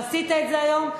ועשית את זה היום,